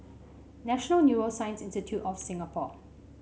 National Neuroscience Institute of Singapore